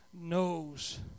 knows